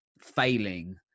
failing